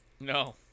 No